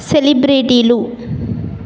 సెలిబ్రేటీలు